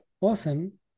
Awesome